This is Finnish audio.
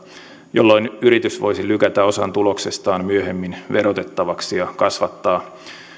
jolloin yritys voisi lykätä osan tuloksestaan myöhemmin verotettavaksi ja kasvattaa